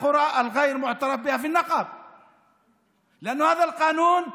להלן תרגומם: ההסתייגות הראשונה היא